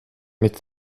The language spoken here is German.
mit